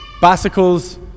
bicycles